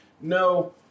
no